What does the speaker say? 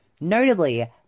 Notably